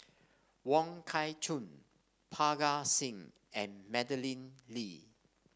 Wong Kah Chun Parga Singh and Madeleine Lee